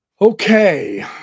Okay